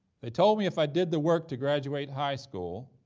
they told me if i did the work to graduate high school